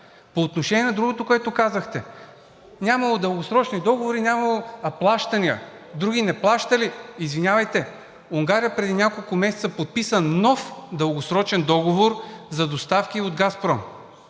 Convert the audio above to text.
По отношение на другото, което казахте – нямало дългосрочни договори, нямало плащания, други не плащали. Извинявайте, Унгария преди няколко месеца подписа нов дългосрочен договор за доставки от „Газпром“.